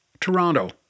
Toronto